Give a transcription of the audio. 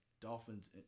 Dolphins